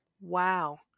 Wow